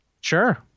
Sure